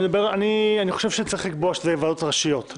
אני חושב שצריך לקבוע שאלה יהיו ועדות ראשיות,